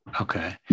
Okay